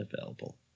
available